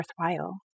worthwhile